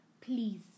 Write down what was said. please